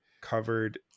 covered